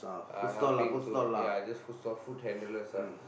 uh helping to ya just food store food handlers lah